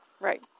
Right